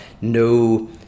no